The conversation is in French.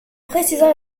précisant